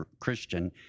Christian